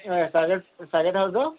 circuit হাউছৰ